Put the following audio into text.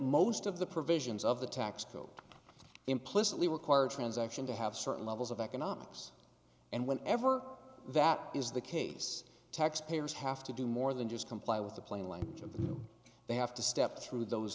most of the provisions of the tax code implicitly require transaction to have certain levels of economics and whenever that is the case tax payers have to do more than just comply with the plain language of the they have to step through those